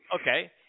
Okay